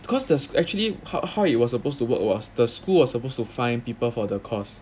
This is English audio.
because there's actually how how it was supposed to work was the school was supposed to find people for the course